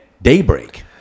Daybreak